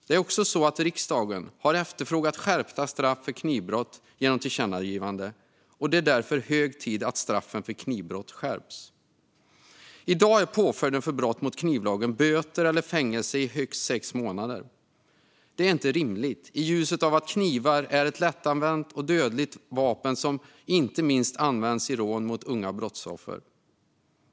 Det är också så att riksdagen har efterfrågat skärpta straff för knivbrott genom tillkännagivanden. Det är därför hög tid att straffen för knivbrott skärps. I dag är påföljden för brott mot knivlagen böter eller fängelse i högst sex månader. Det är inte rimligt i ljuset av att knivar är ett lättanvänt och dödligt vapen som inte minst används i rån mot unga brottsoffer.